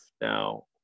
now